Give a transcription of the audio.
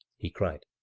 he cried.